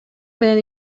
менен